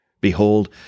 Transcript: Behold